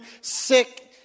sick